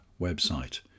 website